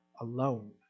alone